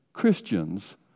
Christians